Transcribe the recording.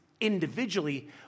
individually